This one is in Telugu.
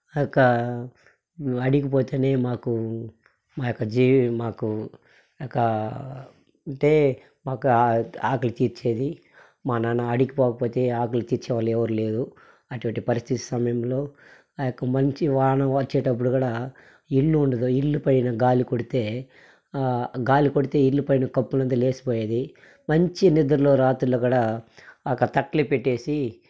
ఆ యొక్క వాడికి పోతేనే మాకు మా యొక్క జీవ మాకు ఆ యొక్క అంటే మాకు ఆకలి తీర్చేది మా నాన్న అడవికి పోకపోతే ఆకలి తీర్చే వాళ్ళు ఎవరూ లేరు అటువంటి పరిస్థితి సమయంలో ఆ యొక్క మంచి వాన వచ్చేటప్పుడు కూడా ఇల్లు ఉండదు ఇల్లు పైన గాలి కొడితే గాలి కొడితే ఇల్లు పైన కొప్పులంతా లేసిపోయేది మంచి నిద్రలో రాత్రుల్లో కూడా ఆ యొక్క తట్లు పెట్టేసి